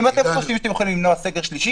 אם אתם חושבים שאתם יכולים למנוע סגר שלישי,